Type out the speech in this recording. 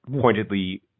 pointedly